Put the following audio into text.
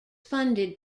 funded